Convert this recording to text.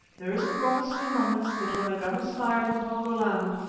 there is a prophecy among us that when a gun is fired in pongo-land,